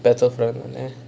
battle front [one] eh